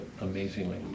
amazingly